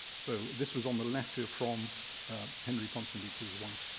so this was on the letter from henry ponsonby to his wife,